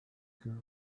girl